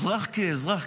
אזרח כאזרח,